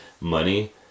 money